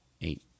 eight